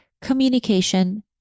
communication